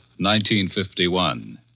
1951